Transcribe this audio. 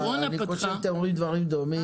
אני חושב שאתם אומרים דברים דומים,